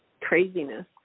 craziness